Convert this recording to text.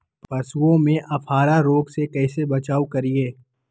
पशुओं में अफारा रोग से कैसे बचाव करिये?